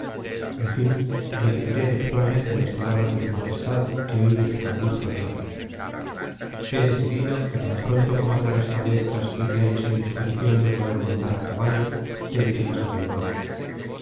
en fin repetiré textualmente las palabras de su majestad que oí de sus augustos labios he decidido que tan pronto como te restablezcas y te halles en disposición de poder montar a caballo te dirijas a bilbao